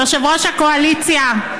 יושב-ראש הקואליציה?